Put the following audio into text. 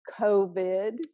COVID